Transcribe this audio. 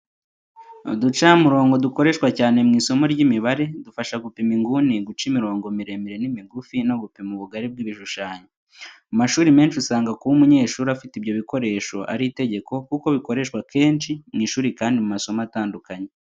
Uducamurongo dukoreshwa cyane mu isomo ry'imibare, dufasha gupima inguni, guca imirongo miremire n'imigufi, no gupima ubugari bw'ibishushanyo. Mu mashuri menshi usanga kuba umunyeshuri afite ibyo bikoresho ari itegeko kuko bikoreshwa kenshi mu ishuri kandi mu masomo atandukanye.